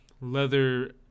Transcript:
leather